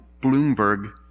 Bloomberg